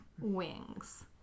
wings